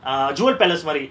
ah jewel palace மாரி:mari